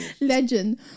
legend